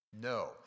No